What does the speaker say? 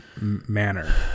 manner